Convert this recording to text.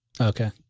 Okay